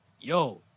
yo